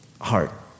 heart